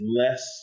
less